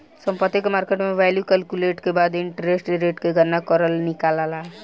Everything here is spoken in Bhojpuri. संपत्ति के मार्केट वैल्यू कैलकुलेट के बाद इंटरेस्ट रेट के गणना करके निकालाला